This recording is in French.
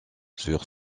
sur